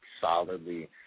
solidly